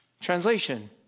Translation